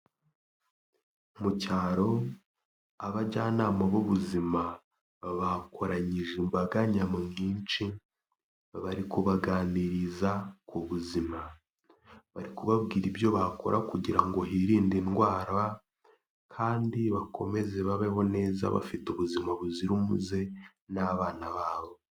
Mu cyaro abajyanama b'ubuzima bakoranyije imbaga nyamwinshi, bari kubaganiriza ku buzima, bari kubabwira ibyo bakora kugira ngo hirinde indwara kandi bakomeze babeho neza bafite ubuzima buzira umuze n'abana babo.